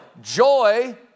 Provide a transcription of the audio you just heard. Joy